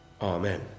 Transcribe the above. Amen